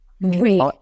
Wait